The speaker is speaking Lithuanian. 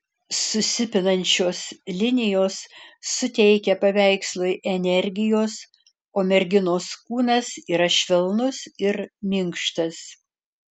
susipinančios linijos suteikia paveikslui energijos o merginos kūnas yra švelnus ir minkštas